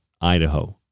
Idaho